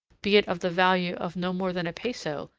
be it of the value of no more than a peso,